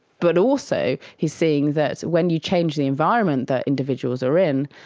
but also he's seeing that when you change the environment that individuals are in,